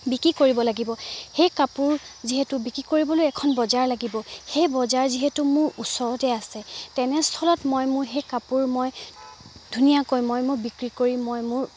বিক্ৰী কৰিব লাগিব সেই কাপোৰ যিহেতু বিক্ৰী কৰিবলৈ এখন বজাৰ লাগিব সেই বজাৰ যিহেতু মোৰ ওচৰতে আছে তেনেস্থলত মই মোৰ সেই কাপোৰ মই ধুনীয়াকৈ মই মোৰ বিক্ৰী কৰি মই মোৰ